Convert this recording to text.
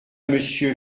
monsieur